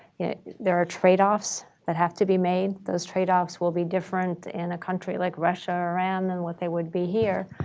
yeah there are trade-offs that have to be made. those trade-offs will be different in a country like russia or iran than what they would be here.